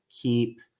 keep